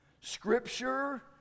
Scripture